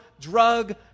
drug